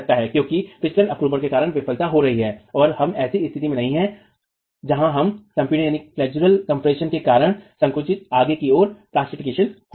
क्योंकि फिसलन अपरूपण के कारण विफलता हो रही है और हम ऐसी स्थिति में नहीं हैं जहां नमन संपीड़न के कारण संकुचित आगे कि ओर पर प्लास्टिफिकेशन होता है